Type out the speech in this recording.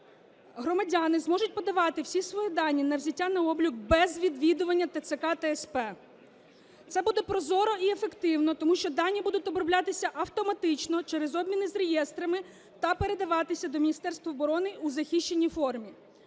громадяни зможуть подавати всі свої дані взяття на облік без відвідування ТЦК та СП. Це буде прозоро і ефективно, тому що дані будуть оброблятися автоматично через обміни з реєстрами та передаватися до Міністерства оборони у захищеній формі.